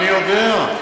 אני יודע.